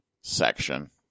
section